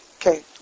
Okay